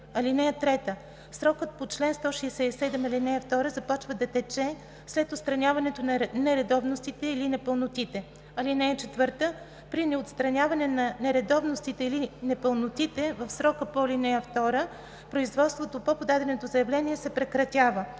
(3) Срокът по чл. 167, ал. 2 започва да тече след отстраняването на нередовностите или непълнотите. (4) При неотстраняване на нередовностите или непълнотите в срока по ал. 2 производството по подаденото заявление се прекратява.